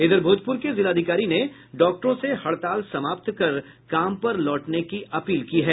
इधर भोजपुर के जिलाधिकारी ने डॉक्टरों से हड़ताल समाप्त कर काम पर लौटने की अपील की है